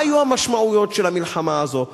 מה היו המשמעויות של המלחמה הזאת,